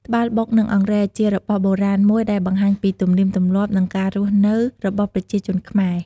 ត្បាល់បុក និងអង្រែជារបស់បុរាណមួយដែលបង្ហាញពីទំនៀមទំលាប់ និងការរស់នៅរបស់ប្រជាជនខ្មែរ។